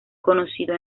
conocido